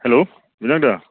hello বিনয়দা